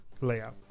layout